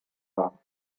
war